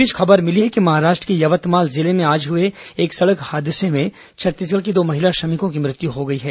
इस बीच खबर मिली है कि महाराष्ट्र के यवतमाल जिले में आज हुए एक सड़क हादसे में छत्तीसगढ़ की दो महिला श्रमिकों की मृत्यु हो गई है